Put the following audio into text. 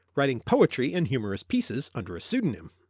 writing poetry and humorous pieces under a pseudonym.